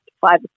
five